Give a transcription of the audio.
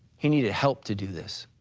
he needed help to do this.